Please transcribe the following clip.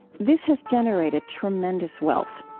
this has generated tremendous wealth.